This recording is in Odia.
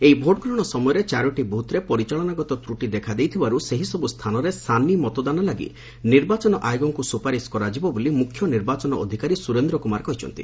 ଏହି ଭୋଟଗ୍ରହଶ ସମୟରେ ଚାରୋଟି ବୁଥରେ ପରିଚାଳନାଗତ ତ୍ରଟି ଦେଖାଦେଇଥିବାରୁ ସେହି ସବୁ ସ୍ଥାନରେ ସାନି ମତଦାନ ଲାଗି ନିର୍ବାଚନ ଆୟୋଗଙ୍କୁ ସୁପାରିଶ କରାଯିବ ବୋଲି ମୁଖ୍ୟ ନିର୍ବାଚନ ଅଧିକାରୀ ସୁରେନ୍ଦ୍ର କୁମାର କହିଛନ୍ତି